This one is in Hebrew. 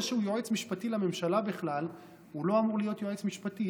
זה שהוא יועץ משפטי לממשלה הוא לא אמור להיות יועץ משפטי,